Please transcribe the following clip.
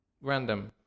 random